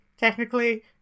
Technically